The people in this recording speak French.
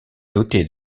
dotée